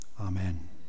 Amen